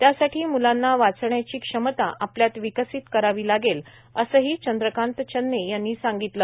त्यासाठी म्लांना वाचण्याची क्षमता आपल्यात विकसित करावी लागेल असेही चंद्रकांत चन्ने यांनी सांगितले